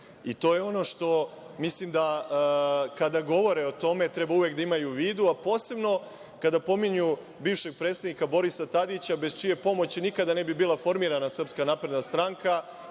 To je ono što mislim da, kada govore o tome, treba uvek da imaju u vidu, a posebno kada pominju bivšeg predsednika Borisa Tadića, bez čije pomoći nikada ne bi bila formirana SNS i bez čije